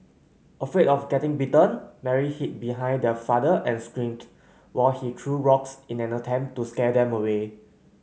afraid of getting bitten Mary hid behind their father and screamed while he threw rocks in an attempt to scare them away